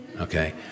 Okay